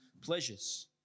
pleasures